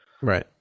Right